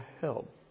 help